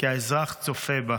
כי האזרח צופה בה.